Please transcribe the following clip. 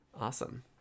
Awesome